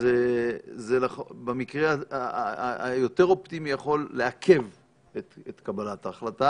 אז זה במקרה היותר אופטימי יכול לעכב את הקבלת החלטה